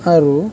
আৰু